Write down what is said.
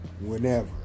Whenever